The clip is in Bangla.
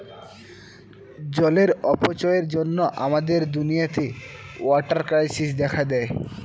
জলের অপচয়ের জন্য আমাদের দুনিয়াতে ওয়াটার ক্রাইসিস দেখা দেয়